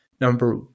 Number